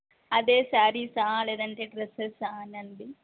అదే శారీసా లేదంటే డ్రస్సెసా అనండి